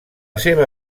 seva